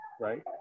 right